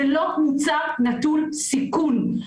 זה לא מוצר נטול סיכון.